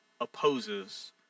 opposes